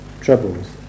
troubles